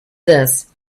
this